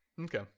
Okay